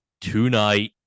tonight